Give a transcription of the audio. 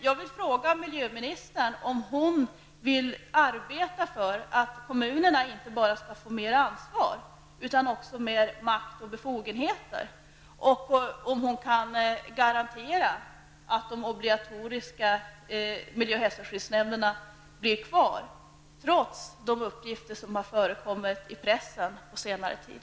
Jag vill fråga miljöministern om hon vill arbeta för att kommunerna inte bara skall få mer ansvar utan också mer makt och större befogenheter och om hon kan garantera att de obligatoriska miljö och hälsoskyddsnämnderna blir kvar, trots de uppgifter som förekommit i pressen på senare tid.